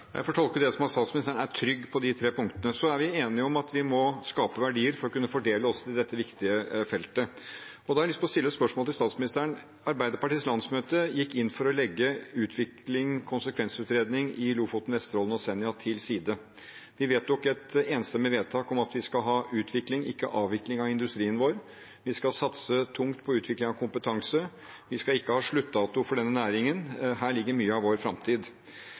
Jeg får tolke det som at statsministeren er trygg på de tre punktene. Vi er enige om at vi må skape verdier for å kunne fordele også til dette viktige feltet. Da har jeg lyst til å stille et spørsmål til statsministeren: Arbeiderpartiets landsmøte gikk inn for å legge utvikling og konsekvensutredning av Lofoten, Vesterålen og Senja til side. Vi fattet et enstemmig vedtak om at vi skal ha utvikling, ikke avvikling av industrien vår. Vi skal satse tungt på utvikling av kompetanse, vi skal ikke ha noen sluttdato for denne næringen. Her ligger mye av vår framtid.